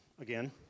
again